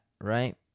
right